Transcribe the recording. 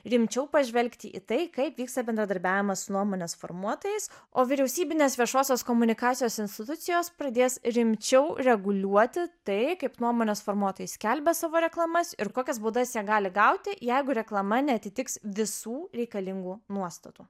rimčiau pažvelgti į tai kaip vyksta bendradarbiavimas su nuomonės formuotojais o vyriausybinės viešosios komunikacijos institucijos pradės rimčiau reguliuoti tai kaip nuomonės formuotojai skelbia savo reklamas ir kokias baudas jie gali gauti jeigu reklama neatitiks visų reikalingų nuostatų